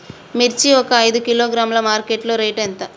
మిర్చి ఒక ఐదు కిలోగ్రాముల మార్కెట్ లో రేటు ఎంత?